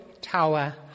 Tower